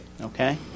Okay